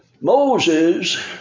Moses